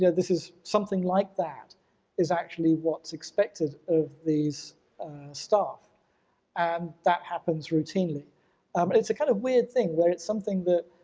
yeah this is something like that is actually what's expected of these staff and that happens routinely. um and it's a kind of weird thing where it's something that,